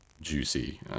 juicy